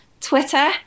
Twitter